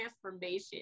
transformation